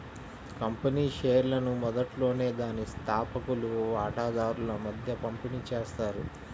company షేర్లను మొదట్లోనే దాని స్థాపకులు వాటాదారుల మధ్య పంపిణీ చేస్తారు